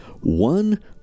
one